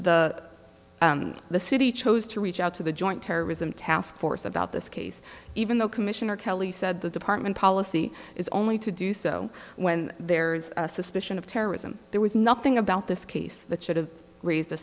the the city chose to reach out to the joint terrorism task force about this case even though commissioner kelly said the department policy is only to do so when there's a suspicion of terrorism there was nothing about this case that should have raised a